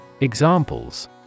Examples